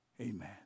amen